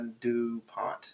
DuPont